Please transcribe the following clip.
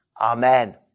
Amen